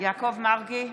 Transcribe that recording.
יעקב מרגי,